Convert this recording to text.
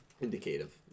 Indicative